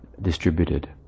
distributed